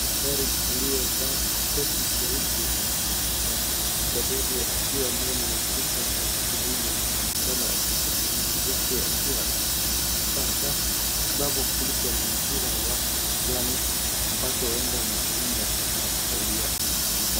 Daktari aliyevaa koti jeupe la kitibabu akiwa ndani ya chumba cha hospitalini anaonekana akitabasamu huku akiwa akishikilia kifaa cha kitibabu kilicho na mpira wa kijani ambacho huenda ni sehemu ya kifaa kusaidia kipimo.